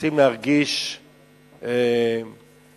רוצים להרגיש בהתעלות.